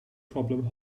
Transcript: problem